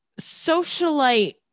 socialite